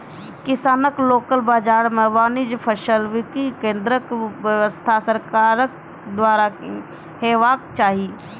किसानक लोकल बाजार मे वाजिब फसलक बिक्री केन्द्रक व्यवस्था सरकारक द्वारा हेवाक चाही?